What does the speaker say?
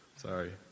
Sorry